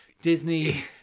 Disney